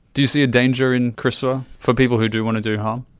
do you see a danger in crispr for people who do want to do harm?